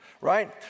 Right